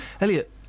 Elliot